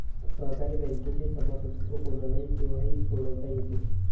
सहकारी बँकेचे सभासदत्व कोणालाही केव्हाही सोडता येते